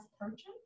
purchased